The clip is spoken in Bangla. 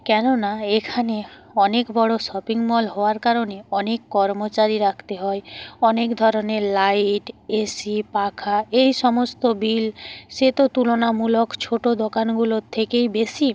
কেননা এখানে অনেক বড় শপিং মল হওয়ার কারণে অনেক কর্মচারী রাখতে হয় অনেক ধরনের লাইট এ সি পাখা এই সমস্ত বিল সে তো তুলনামূলক ছোটো দোকানগুলোর থেকেই বেশি